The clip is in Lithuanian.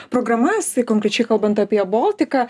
programas tai konkrečiai kalbant apie baltiką